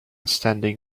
standing